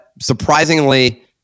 surprisingly